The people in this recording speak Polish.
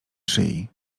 szyi